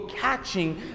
catching